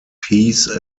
peace